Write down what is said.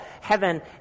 heaven